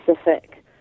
specific